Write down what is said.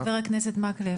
חבר הכנסת מקלב,